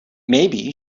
maybe